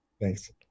Thanks